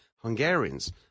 Hungarians